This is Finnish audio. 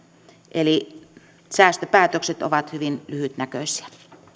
eli säästöpäätökset ovat hyvin lyhytnäköisiä